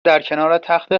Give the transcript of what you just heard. درکنارتخت